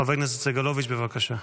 חבר הכנסת סגלוביץ', בבקשה.